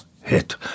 hit